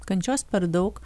kančios per daug